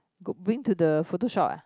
got bring to the photo shop ah